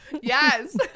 Yes